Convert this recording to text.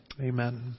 Amen